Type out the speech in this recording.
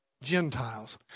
Gentiles